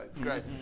great